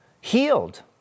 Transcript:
Healed